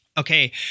Okay